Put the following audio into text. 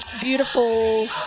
beautiful